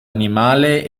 animale